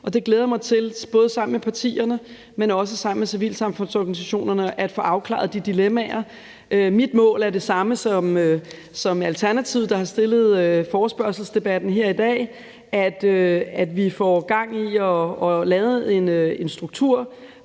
Jeg glæder mig til, både sammen med partierne, men også sammen med civilsamfundsorganisationerne, at få afklaret de dilemmaer. Mit mål er det samme som målet for Alternativet, der har rejst forespørgselsdebatten her i dag, nemlig at vi får gang i at få lavet en struktur,